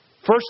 First